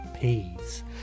peas